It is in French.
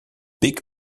big